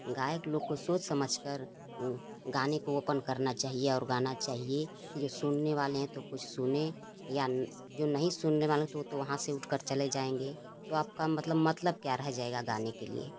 गायक लोग को सोच समझ कर गाने को ओपन करना चाहिए और गाना चाहिए कि जो सुनने वाले हैं तो कुछ सुनें या न जो नहीं सुनने वाले हैं तो वो तो वहाँ से उठ कर चले जाएँगे तो आपका मतलब मतलब क्या रह जाएगा गाने के लिए